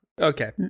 Okay